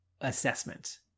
assessment